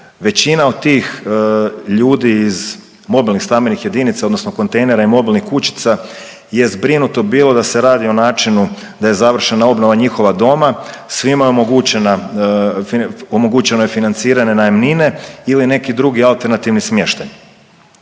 Većina od tih ljudi iz mobilnih stambenih jedinica odnosno kontejnera i mobilnih kućica je zbrinuto bilo da se radi o načinu da je završena obnova njihova doma, svima je omogućena, omogućeno je financiranje najamnine ili neki drugi alternativni smještaj.